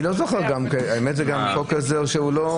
מי בעד?